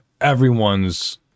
everyone's